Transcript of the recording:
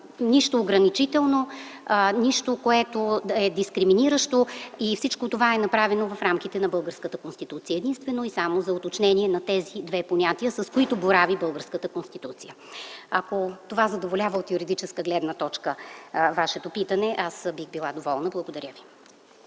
нищо ограничително, нищо дискриминиращо. Всичко е направено в рамките на българската Конституция. Направено е единствено и само за уточнение на тези две понятия, с които борави българската Конституция. Ако това задоволява от юридическа гледна точка Вашето питане, бих била доволна. Благодаря ви.